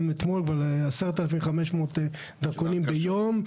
גם אתמול, 10,500 דרכונים ביום.